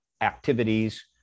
activities